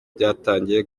byatangiye